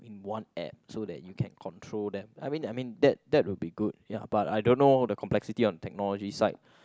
in one app so that you can control them I mean I mean that that would be good ya but I don't know the complexity on technology side